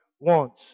wants